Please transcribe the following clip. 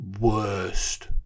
worst